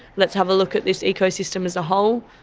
let's have a look at this ecosystem as a whole,